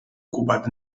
ocupat